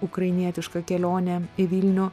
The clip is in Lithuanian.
ukrainietišką kelionę į vilnių